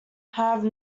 have